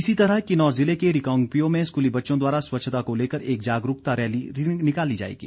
इसी तरह किनौर जिले के रिकांगपिओ में स्कूली बच्चों द्वारा स्वच्छता को लेकर एक जागरूकता रैली निकाली जाएगी